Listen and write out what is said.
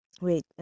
wait